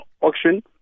auction